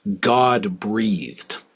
God-breathed